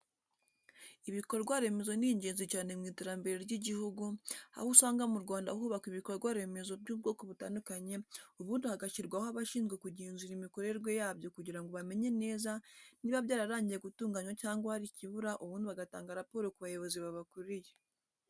Ibikorwa remezo ni ingenzi cyane mu iterambere ry'igihugu, aho usanga mu Rwanda hubakwa ibikorwa remezo by'ubwoko butandukanye ubundi hagashyirwaho abashinzwe kugenzura imikorerwe yabyo kugira ngo bamenye neza niba byararangiye gutunganwa cyangwa hari ikibura ubundi bagatanga raporo ku bayobozi babakuriye.